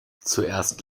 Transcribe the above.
zuerst